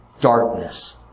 darkness